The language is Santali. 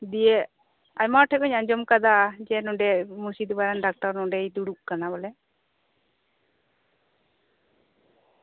ᱫᱤᱭᱮ ᱟᱭᱢᱟ ᱦᱚᱲ ᱴᱷᱮᱡ ᱠᱷᱚᱡ ᱤᱧ ᱟᱸᱡᱚᱢ ᱠᱟᱫᱟ ᱡᱮ ᱢᱩᱨᱥᱤᱫᱟᱵᱟᱫ ᱨᱮᱱ ᱰᱟᱠᱛᱟᱨ ᱱᱚᱸᱰᱮᱭ ᱫᱩᱲᱩᱵ ᱠᱟᱱᱟ ᱵᱚᱞᱮ